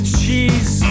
cheese